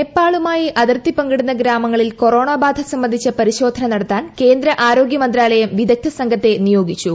നേപ്പാളുമായി അതിർത്തി പ്രങ്കിടുന്ന ഗ്രാമങ്ങളിൽ കൊറോണ ബാധ സംബന്ധിച്ചു പരിശോധന മുടത്താൻ കേന്ദ്ര ആരോഗ്യ മന്ത്രാലയം വിദഗ്ദ്ധ സംഘത്തെ നിയോഗിച്ചു